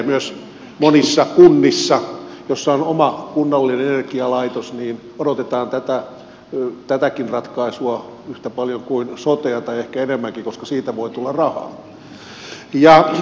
myös monissa kunnissa joissa on oma kunnallinen energialaitos odotetaan tätäkin ratkaisua yhtä paljon kuin sotea tai ehkä enemmänkin koska siitä voi tulla rahaa